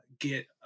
get